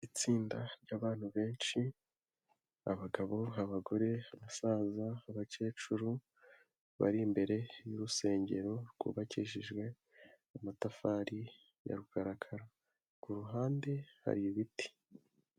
Itsinda ry'abantu benshi abagabo, abagore, abasaza, abakecuru bari imbere y'urusengero rwubakishijwe amatafari ya rukarakara, ku ruhande hari ibiti.